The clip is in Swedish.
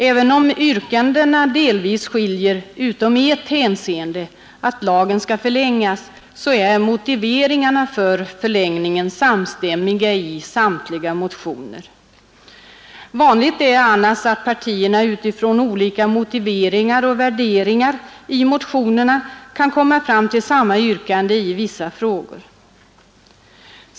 Även om yrkandena delvis är olika — utom i ett hänseende, nämligen att lagen skall förlängas — är motiveringarna för förlängningen samstämmiga i samtliga motioner. Vanligt är annars att partierna trots olika motiveringar och värderingar i motionerna kan komma fram till samma yrkande i vissa frågor.